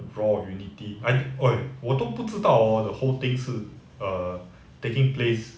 roar of unity I !oi! 我都不知道 hor the whole thing 是 err taking place